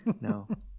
No